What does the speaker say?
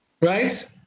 right